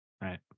Right